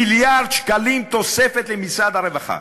מיליארד שקלים תוספת למשרד הרווחה.